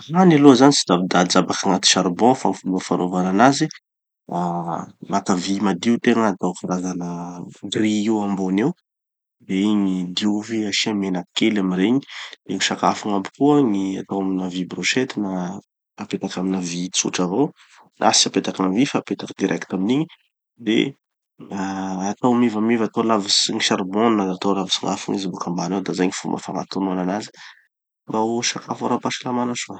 Gny hany aloha zany tsy davy da ajabaky agnaty charbon fa gny fanaovan'anazy ah maka vy madio tegna atao karazana grille io ambony eo. De igny diovy asia menaky kely amy regny. De gny sakafo igny aby koa gny atao amy na vy brochette na apetraka amina vy tsotra avao na tsy apetaky amy vy fa apetaky direct aminigny. De ah atao mevameva atao lavitsy gny charbon na atao lavitsy gn'afo igny izy boka ambany ao da zay gny fomba fagnatonoana anazy mba ho sakafo ara-pahasalamana soa.